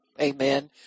amen